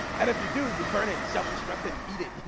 and if you do, you burn it, and self-destruct it, and eat it,